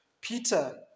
Peter